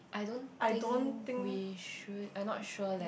I don't think we should I not sure leh